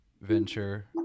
venture